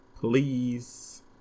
please